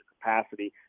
capacity